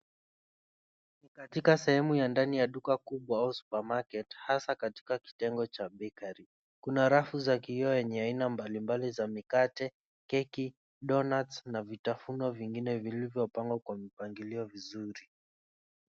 Katika sehemu ya ndani ya duka kubwa au supermarket ,hasa katika kitengo cha bakery kuna rafu za kioo zenye aina mbalimbali za mikate, keki, donuts na vitafuno vingine, vilivyopangwa kwa mpangilio vizuri.